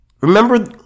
Remember